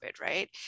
right